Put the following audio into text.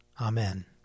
Amen